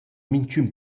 minchün